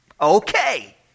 Okay